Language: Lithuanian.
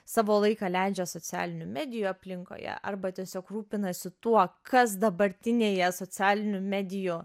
savo laiką leidžia socialinių medijų aplinkoje arba tiesiog rūpinasi tuo kas dabartinėje socialinių medijų